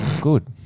Good